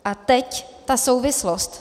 A teď ta souvislost.